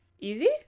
easy